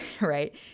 right